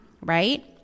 right